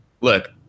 look